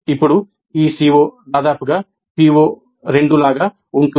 ఇప్పుడు ఈ CO దాదాపు PO2 లాగా ఉంటుంది